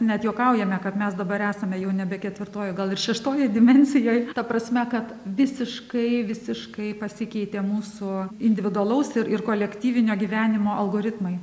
net juokaujame kad mes dabar esame jau nebe ketvirtojoj gal ir šeštojoj dimensijoj ta prasme kad visiškai visiškai pasikeitė mūsų individualaus ir ir kolektyvinio gyvenimo algoritmai